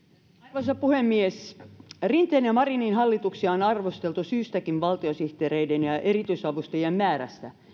arvoisa puhemies rinteen ja marinin hallituksia on arvosteltu syystäkin valtiosihteereiden ja ja erityisavustajien määrästä